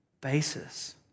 basis